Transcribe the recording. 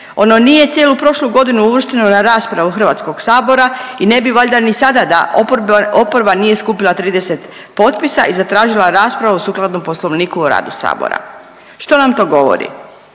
ono nije cijelu prošlu godinu uvršteno na raspravu Hrvatskog sabora i ne bi valjda ni sada da oporba nije skupila 30 potpisa i zatražila raspravu sukladno Poslovniku o radu sabora. Što nam to govori?